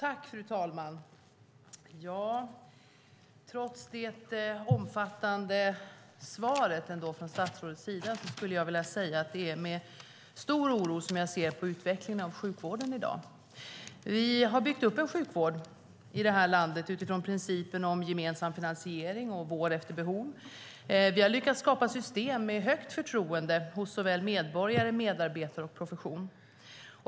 Fru talman! Trots det omfattande svaret från statsrådet skulle jag vilja säga att det är mer stor oro jag ser på utvecklingen av sjukvården i dag. Vi har i det här landet byggt upp en sjukvård utifrån principen om gemensam finansiering och vård efter behov. Vi har lyckats skapa system med högt förtroende hos medborgare, medarbetare och profession.